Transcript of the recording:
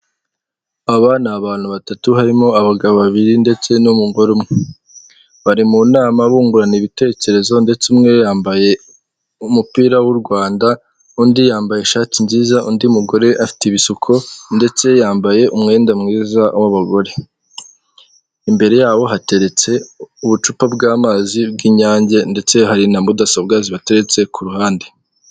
Aba ni abantu batatu harimo abagabo babiri ndetse n'umugore umwe, bari mu nama bungurana ibitekerezo ndetse umwe yambaye umupira w'u Rwanda, undi yambaye ishati nziza, undi mugore afite ibisuko ndetse yambaye umwenda mwiza w'abagore. Imbere yabo hateretse ubucupa bw'amazi bw'inyange ndetse hari na mudasobwa zibateretse ku ruhande.